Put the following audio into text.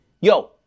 Yo